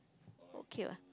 okay [what]